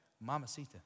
Mamacita